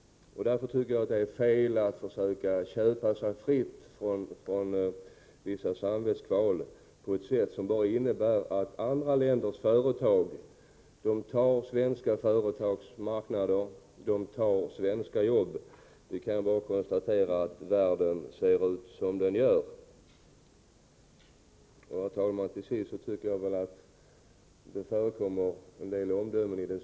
Därför tycker jag att det är fel att försöka köpa sig fri från vissa samvetskval på ett sätt som bara innebär att andra länders företag övertar svenska företags marknader och svenska jobb. Vi måste konstatera att världen ser ut som den gör. Herr talman! I den svenska debatten förekommer en del omdömen.